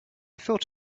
thought